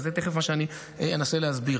וזה תכף מה שאני אנסה להסביר.